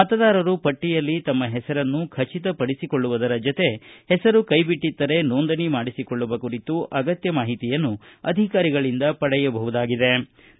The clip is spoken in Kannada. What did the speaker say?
ಮತದಾರರು ಪಟ್ಟಿಯಲ್ಲಿ ತಮ್ಮ ಹೆಸರನ್ನು ಖಚಿತಪಡಿಸಿಕೊಳ್ಳುವುದರ ಜತೆಗೆ ಹೆಸರು ಕೈ ಬಿಟ್ಟದ್ದರೆ ನೋಂದಣಿ ಮಾಡಿಸಿಕೊಳ್ಳುವ ಕುರಿತು ಅಗತ್ಯ ಮಾಹಿತಿಯನ್ನು ಅಧಿಕಾರಿಗಳಿಂದ ಪಡೆಯಬಹುದಾಗಿದೆ ಎಂದು ಹೇಳಿದರು